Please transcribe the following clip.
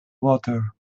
water